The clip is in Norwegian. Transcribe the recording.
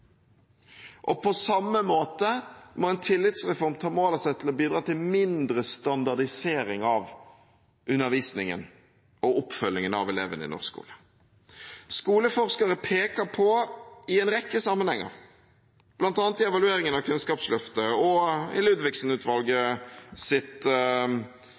rangering. På samme måte må en tillitsreform ta mål av seg til å bidra til mindre standardisering av undervisningen og oppfølgingen av elevene i norsk skole. Skoleforskere peker på i en rekke sammenhenger, bl.a. i evalueringen av Kunnskapsløftet, i Ludvigsen-utvalgets arbeid om framtidens skole og